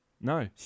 No